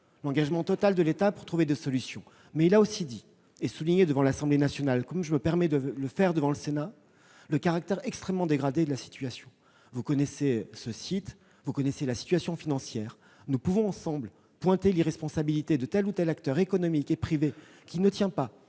engagement total de l'État pour trouver des solutions, mais il a aussi souligné devant l'Assemblée nationale, comme je me permets de le faire devant le Sénat, le caractère extrêmement dégradé de la situation. Vous connaissez ce site, madame la sénatrice, et sa situation financière. Nous pouvons ensemble dénoncer l'irresponsabilité de tel ou tel acteur économique privé ne tenant pas